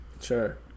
sure